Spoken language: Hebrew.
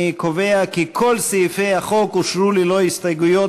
אני קובע כי כל סעיפי החוק אושרו ללא הסתייגויות,